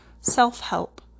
self-help